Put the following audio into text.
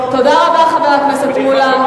היא לא, תודה רבה, חבר הכנסת מולה.